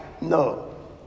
No